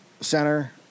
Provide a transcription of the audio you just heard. center